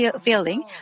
feeling